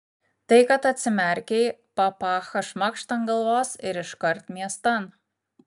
tai kad atsimerkei papachą šmakšt ant galvos ir iškart miestan